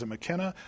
McKenna